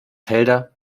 felder